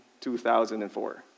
2004